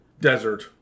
desert